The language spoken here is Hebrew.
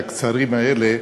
הקצרים האלה,